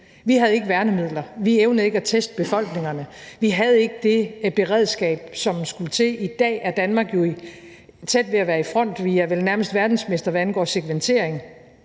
Vi havde ikke værnemidler. Vi evnede ikke at teste befolkningerne. Vi havde ikke det beredskab, som skulle til. I dag er Danmark jo tæt på at være i front. Vi er vel nærmest verdensmestre, hvad angår sekventering.